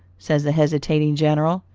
says the hesitating general.